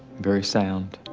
very sound.